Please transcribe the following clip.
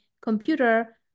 computer